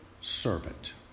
servant